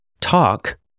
talk